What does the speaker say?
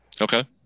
Okay